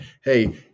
hey